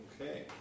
Okay